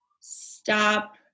stop